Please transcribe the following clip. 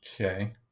Okay